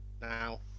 Now